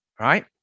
right